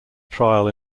trial